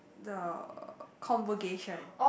the convocation